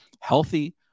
healthy